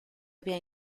había